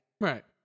Right